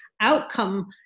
outcome